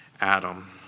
Adam